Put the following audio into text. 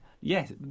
Yes